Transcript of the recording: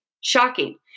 Shocking